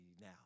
now